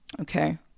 okay